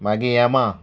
मागीर यामा